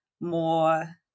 more